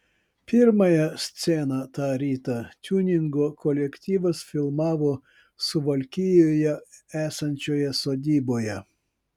pirmąją sceną tą rytą tiuningo kolektyvas filmavo suvalkijoje esančioje sodyboje